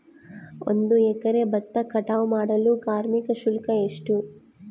ಒಂದು ಎಕರೆ ಭತ್ತ ಕಟಾವ್ ಮಾಡಲು ಕಾರ್ಮಿಕ ಶುಲ್ಕ ಎಷ್ಟು?